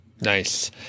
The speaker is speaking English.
Nice